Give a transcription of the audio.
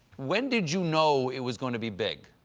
when did you know it was going to be big?